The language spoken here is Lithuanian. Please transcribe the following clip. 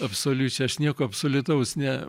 absoliučią aš nieko absoliutaus ne